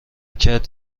کرد